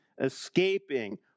escaping